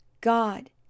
God